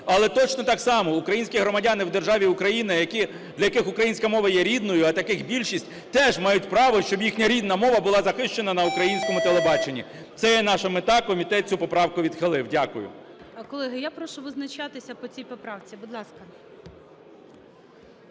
Але точно так само українські громадяни в державі Україна, для яких українська мова є рідною, а таких більшість, теж мають право, щоб їхня рідна мова була захищена на українському телебаченні. Це є наша мета. Комітет цю поправку відхилив. Дякую.